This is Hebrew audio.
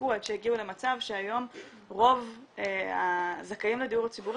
ונשחקו עד שהגיעו למצב שהיום רוב הזכאים לדיור ציבורי